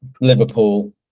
liverpool